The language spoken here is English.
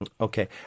Okay